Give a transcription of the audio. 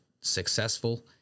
successful